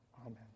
Amen